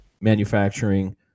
manufacturing